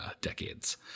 decades